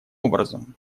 образом